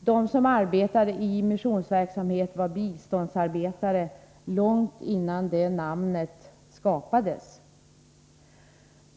De som arbetade i missionsverksamhet i gångna tider kan sägas ha varit våra biståndsarbetare långt innan den benämningen skapades.